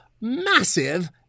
massive